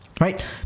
right